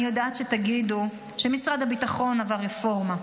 אני יודעת שתגידו שמשרד הביטחון עבר רפורמה,